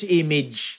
image